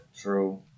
True